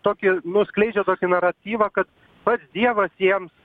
tokį nu skleidžia tokį naratyvą kad pats dievas jiems